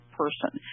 person